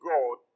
God